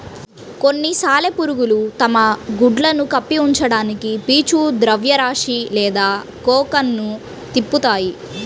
కొన్ని సాలెపురుగులు తమ గుడ్లను కప్పి ఉంచడానికి పీచు ద్రవ్యరాశి లేదా కోకన్ను తిప్పుతాయి